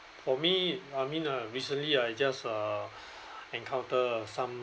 for me I mean uh recently I just uh encounter some